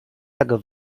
tego